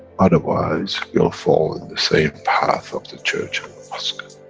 otherwise you'll fall in the same path of the church and